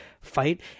fight